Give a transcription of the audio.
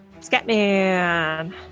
Scatman